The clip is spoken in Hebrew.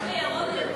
גם אם ירון מזוז,